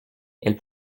elle